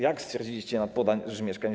Jak stwierdziliście nadpodaż mieszkań?